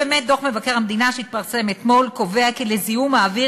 דוח מבקר המדינה שהתפרסם אתמול קובע כי לזיהום האוויר